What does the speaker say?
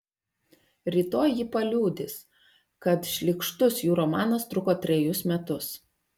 rytoj ji paliudys kad šlykštus jų romanas truko trejus metus